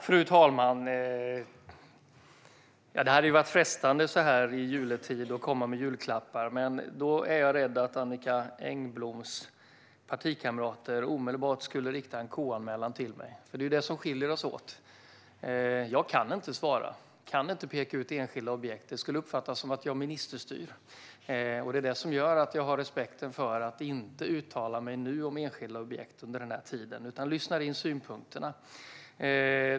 Fru talman! Det hade varit frestande att så här i juletid komma med julklappar, men jag är rädd att Annicka Engbloms partikamrater i så fall omedelbart skulle rikta en KU-anmälan mot mig. Det är nämligen det som skiljer oss åt: Jag kan inte svara. Jag kan inte peka ut enskilda objekt - det skulle uppfattas som att jag ministerstyr. Det är detta som gör att jag har respekt för att inte uttala mig om enskilda objekt under denna tid, utan jag lyssnar i stället på synpunkterna.